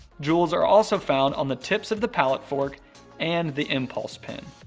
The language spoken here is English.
jewels are also found on the tips of the palate fork and the impulse pin.